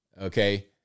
Okay